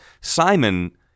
Simon